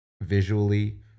visually